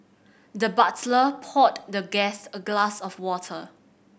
the butler poured the guest a glass of water